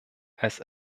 als